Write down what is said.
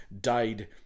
died